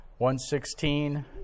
116